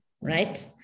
right